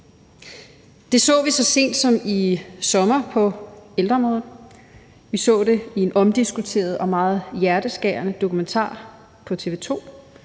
Det så vi så sent som i sommer på ældreområdet. Vi så det i en meget omtalt og hjerteskærende dokumentar på TV 2,